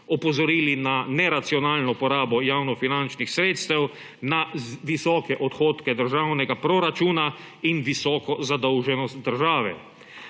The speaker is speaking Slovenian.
opozorili na neracionalno porabo javnofinančnih sredstev, na visoke odhodke državnega proračuna in visoko zadolženost države.